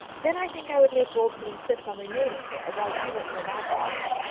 then i think i would make bold to insist on remaining there while you went to a magistrate.